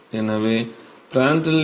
எனவே பிராண்டல் எண் 0